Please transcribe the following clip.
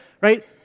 Right